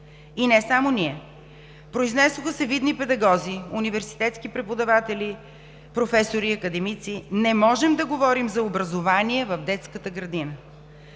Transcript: Не само ние – произнесоха се видни педагози, университетски преподаватели, професори, академици – не можем да говорим за образование в детската градина!